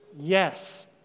yes